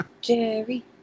Jerry